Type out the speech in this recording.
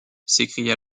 s’écria